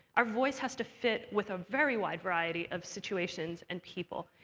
our voice has to fit with a very wide variety of situations and people,